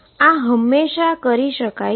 આ હંમેશાં કરી શકાય છે